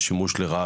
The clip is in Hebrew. השימוש לרעה,